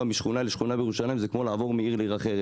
משכונה לשכונה בירושלים זה כמו לעבור מעיר לעיר אחרת.